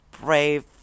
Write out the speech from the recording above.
brave